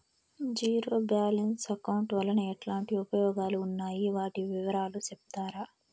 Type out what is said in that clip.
Zero balance account వలన ఎట్లాంటి ఉపయోగాలు ఉన్నాయి? వాటి వివరాలు సెప్తారా?